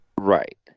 Right